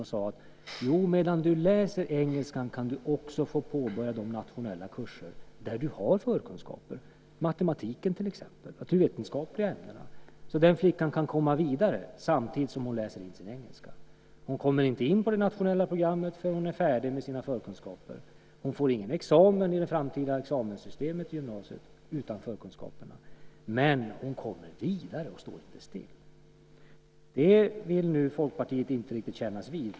Man sade: Medan du läser engelskan kan du få påbörja de nationella kurser där du har förkunskaper, matematiken och de naturvetenskapliga ämnena till exempel. Så kan den flickan komma vidare samtidigt som hon läser in sin engelska. Hon kommer inte in på det nationella programmet förrän hon är färdig med sina förkunskaper. Hon får ingen examen i det framtida examenssystemet i gymnasiet utan förkunskaperna. Men hon kommer vidare. Hon står inte still. Det vill Folkpartiet nu inte riktigt kännas vid.